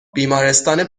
بیمارستان